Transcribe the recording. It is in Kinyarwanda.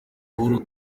uhuru